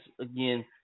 again